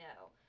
no